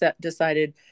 decided